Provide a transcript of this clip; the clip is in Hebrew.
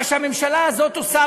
מה שהממשלה הזאת עושה,